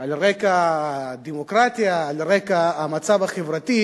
על רקע הדמוקרטיה, על רקע המצב החברתי,